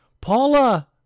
Paula